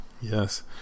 Yes